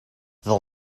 the